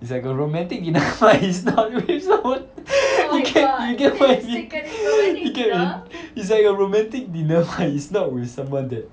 it's like a romantic dinner but it's not it's not roman~ you get you get what I mean you get what I mean it's like a romantic dinner but it's not with someone that